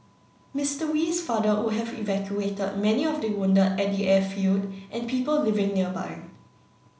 Mr Wee's father would have evacuated many of the wounded at the airfield and people living nearby